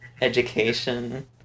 education